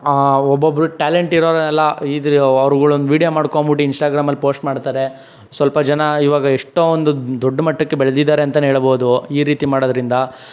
ಒಬ್ಬೊಬ್ಬರು ಟ್ಯಾಲೆಂಟ್ ಇರೋರ್ನೆಲ್ಲ ಇದು ಅವ್ರುಗುಳೊಂದು ವೀಡ್ಯೊ ಮಾಡ್ಕೊಂಬಿಟ್ಟು ಇನ್ಸ್ಟಾಗ್ರಾಮಲ್ಲಿ ಪೋಸ್ಟ್ ಮಾಡ್ತಾರೆ ಸ್ವಲ್ಪ ಜನ ಇವಾಗ ಎಷ್ಟೋ ಒಂದು ದೊಡ್ಡ ಮಟ್ಟಕ್ಕೆ ಬೆಳ್ದಿದ್ದಾರೆ ಅಂತಾನೆ ಹೇಳ್ಬೌದು ಈ ರೀತಿ ಮಾಡೋದ್ರಿಂದ